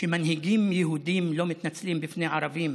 שמנהיגים יהודים לא מתנצלים בפני ערבים